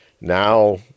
now